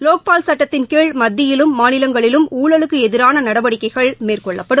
லோக்பால் சட்டத்தின் கீழ் மத்தியிலும் மாநிலங்களிலும் ஊழலுக்குஎதிரானநடவடிக்கைகள் மேற்கொள்ளப்படும்